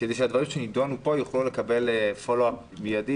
כדי שהדברים שנדונו כאן יוכלו לקבל פולו אפ מיידי